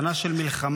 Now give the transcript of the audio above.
שנה של מלחמה,